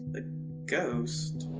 a ghost?